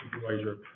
supervisor